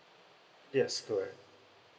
yes correct